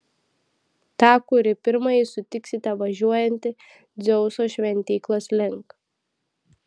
tą kurį pirmąjį sutiksite važiuojantį dzeuso šventyklos link